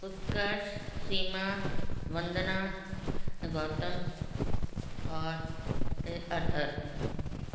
उत्कर्ष सीमा वंदना गौतम और अथर्व